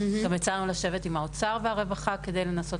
גם הצענו לשבת עם האוצר והרווחה כדי לנסות